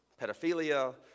pedophilia